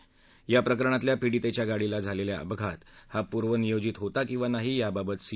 दरम्यान या प्रकरणातल्या पिडीतेच्या गाडीला झालेल्या अपघात हा पूर्वनियोजित होता किंवा नाही याबाबत सी